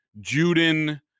Juden